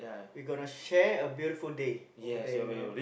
we gonna share a beautiful day over there you know